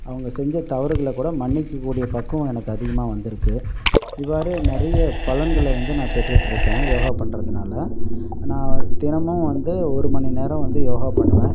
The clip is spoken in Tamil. அவங்க செஞ்ச தவறுகளை கூட மன்னிக்கக்கூடிய பக்குவம் எனக்கு அதிகமாக வந்துருக்கு இவ்வாறு நிறைய பலன்களை வந்து நான் பெற்றுட்ருக்கேன் யோகா பண்ணுறதுனால நான் தினமும் வந்து ஒரு மணி நேரம் வந்து யோகா பண்ணுவேன்